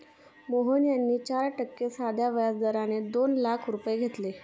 मोहन यांनी चार टक्के साध्या व्याज दराने दोन लाख रुपये घेतले